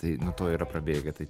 tai nuo to yra prabėgę tai